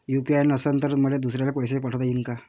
UPI नसल तर मले दुसऱ्याले पैसे पाठोता येईन का?